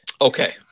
Okay